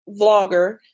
vlogger